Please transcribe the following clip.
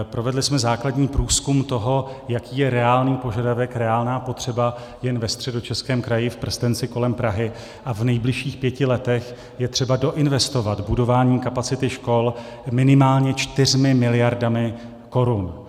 Provedli jsme základní průzkum toho, jaký je reálný požadavek, reálná potřeba jen ve Středočeském kraji, v prstenci kolem Prahy, a v nejbližších pěti letech je třeba doinvestovat budování kapacity škol minimálně 4 mld. korun.